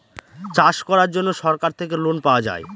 চাষ করার জন্য সরকার থেকে লোন পাওয়া যায়